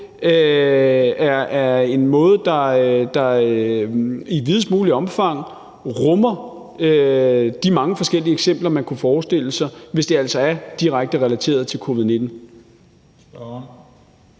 er en måde, der i videst muligt omfang rummer de mange forskellige eksempler, man kunne forestille sig – hvis det altså er direkte relateret til covid-19.